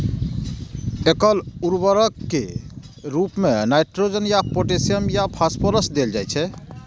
एकल उर्वरक के रूप मे नाइट्रोजन या पोटेशियम या फास्फोरस देल जाइ छै